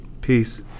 Peace